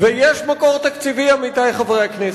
ויש מקור תקציבי, עמיתי חברי הכנסת,